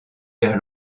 vers